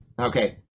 Okay